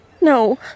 No